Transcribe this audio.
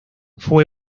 fue